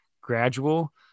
gradual